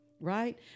Right